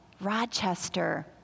Rochester